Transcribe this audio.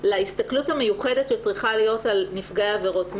להסתכלות המיוחדת שצריכה להיות על נפגעי עבירות מין,